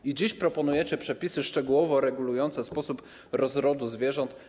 I dziś proponujecie przepisy szczegółowo regulujące sposób rozrodu zwierząt.